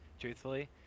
truthfully